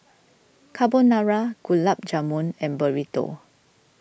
Carbonara Gulab Jamun and Burrito